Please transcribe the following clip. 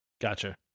Gotcha